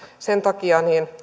sen takia